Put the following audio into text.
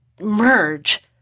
merge